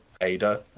ADA